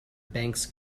bank’s